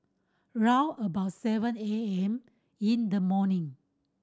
round about seven A M in the morning